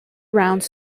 rounds